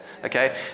Okay